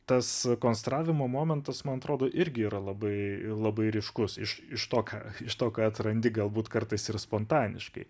tas konstravimo momentas man atrodo irgi yra labai labai ryškus iš iš tokio iš to kai atrandi galbūt kartais ir spontaniškai